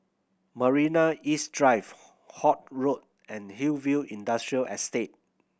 Marina East Drive Holt Road and Hillview Industrial Estate